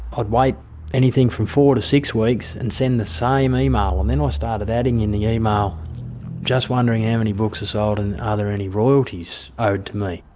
i'd wait anything from four to six weeks and send the same email. and then i started adding in the email just wondering how many books are sold and are there any royalties owed to me?